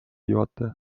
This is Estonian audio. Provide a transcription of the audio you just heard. juhataja